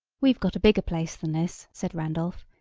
we've got a bigger place than this, said randolph.